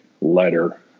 letter